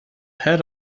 head